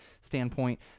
standpoint